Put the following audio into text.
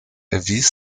erwies